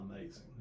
amazing